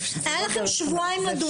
היו לכם שבועיים לדון בזה.